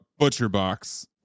ButcherBox